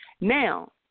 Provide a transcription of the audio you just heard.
Now